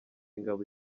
ingabo